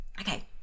Okay